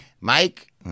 Mike